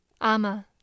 Ama